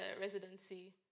residency